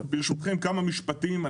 ברשותכם, כמה משפטים.